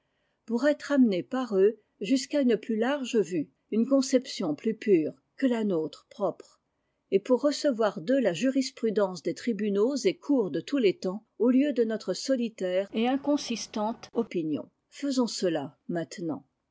pour être amenés par eux jusqu'à une plus large vue une conception plus pure que ia nôtre propre et pour recevoir d'eux a jurisprudence des tribunaux et cours de tous les temps au lieu de notre solitaire et mconsistanteopmion faisons cela maintenant